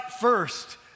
first